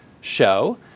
show